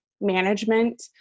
management